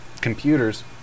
computers